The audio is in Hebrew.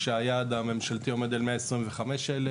כשהיעד הממשלתי עומד על 125,000